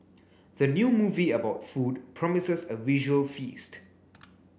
the new movie about food promises a visual feast